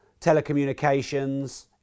telecommunications